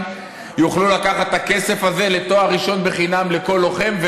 יוכלו לקחת את הכסף הזה לתואר ראשון חינם לכל לוחם,